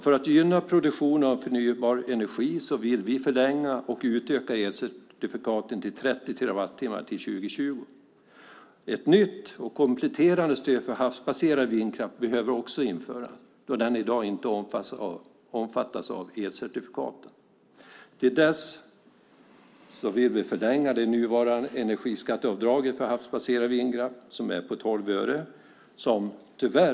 För att gynna produktion av förnybar energi vill vi förlänga och utöka elcertifikaten till 30 terawattimmar till 2020. Ett nytt och kompletterande stöd för havsbaserad vindkraft behöver också införas då den i dag inte omfattas av elcertifikaten. Fram till dess vill vi förlänga det nuvarande energiskatteavdraget för havsbaserad vindkraft som är på 12 öre.